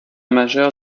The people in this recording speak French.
majeur